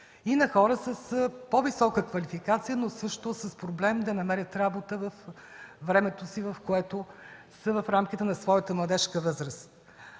и на хора с по висока квалификация, но също с проблем да намерят работа във времето, в което са в рамките на своята младежка възраст.